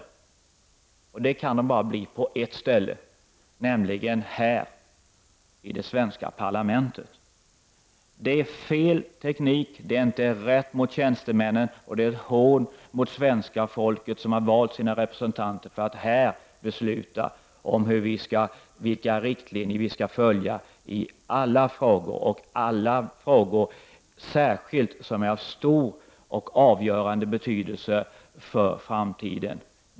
Det kan det bara bli på ett enda ställe, nämligen här i det svenska parlamentet. Detta är fel teknik att arbeta. Det är inte rätt mot tjänstemännen, och det är ett hån mot svenska folket som har valt sina representanter för att vi här skall fatta beslut om vilka riktlinjer vi skall följa i alla frågor, särskilt i dem som är av stor och avgörande betydelse för framtiden.